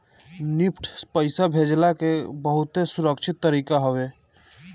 NEFT पईसा भेजला कअ बहुते सुरक्षित तरीका हवे